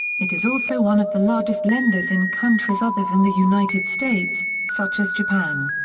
it is also one of the largest lenders in countries other than the united states, such as japan.